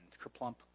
Kerplunk